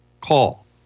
Call